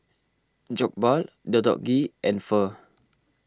Jokbal Deodeok Gui and Pho